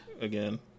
again